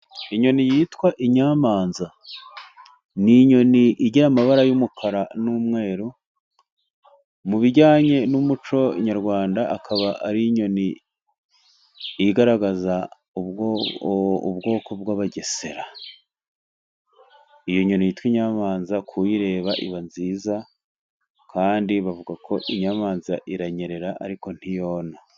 Inyoni yitwa inyamanza ni inyoni igira amabara y'umukara n'umweru, mu bijyanye n'umuco nyarwanda akaba ari inyoni igaragaza ubwoko bw'abagesera. Iyo nyoni yitwa inyamanza kuyireba iba nziza, kandi bavuga ko inyamaza inyerera ariko ntiyona.